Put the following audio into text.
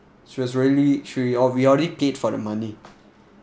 she was really tri~ we already paid for the money